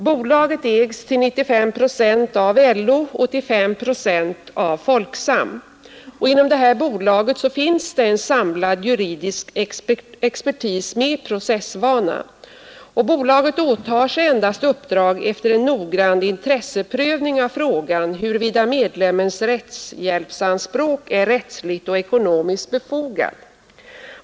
Bolaget ägs till 95 procent av LO och till 5 procent av Folksam. Inom detta bolag finns en samlad juridisk expertis med processvana. Bolaget åtar sig uppdrag endast efter en noggrann intresseprövning av frågan huruvida medlemmens rättshjälpsanspråk är rättsligt och ekonomiskt befogat.